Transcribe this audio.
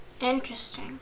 Interesting